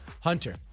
Hunter